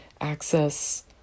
access